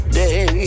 day